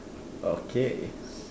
okay